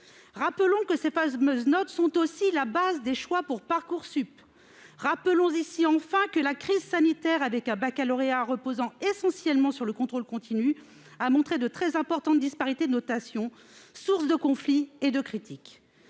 Rappelons que ces fameuses notes sont aussi la base des choix pour Parcoursup. Rappelons enfin que la crise sanitaire, avec un baccalauréat reposant essentiellement sur le contrôle continu, a montré de très importantes disparités de notation, sources de conflits et de critiques.